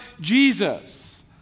Jesus